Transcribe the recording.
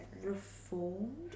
reformed